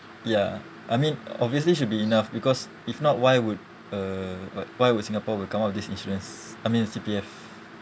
ya I mean obviously should be enough because if not why would uh wh~ why would Singapore will come out with this insurance I mean C_P_F